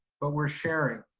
but we're sharing,